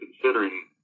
considering